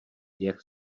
jak